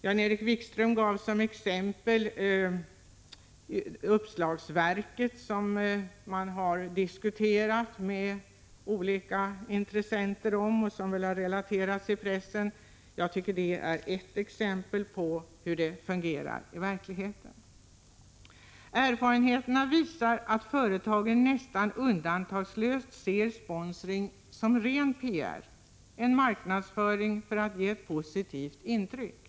Jan-Erik Wikström tog som exempel det kommande nya uppslagsverket som man har diskuterat med olika intressenter, såsom relaterats i pressen. Jag tycker att detta bevisar hur det fungerar i verkligheten. Erfarenheterna ger vid handen att företagen nästan undantagslöst ser Prot. 1985/86:128 sponsring som ren PR — en marknadsföring för att ge ett positivt intryck.